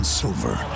silver